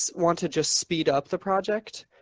want to just speed up the project,